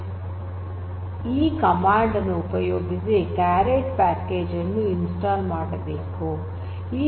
packages "caret" ಈ command ಅನ್ನು ಉಪಯೋಗಿಸಿ ಕ್ಯಾರೆಟ್ ಪ್ಯಾಕೇಜ್ ಅನ್ನು ಇನ್ಸ್ಟಾಲ್ ಮಾಡಬೇಕು